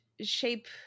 shape